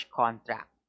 contract